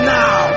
now